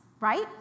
right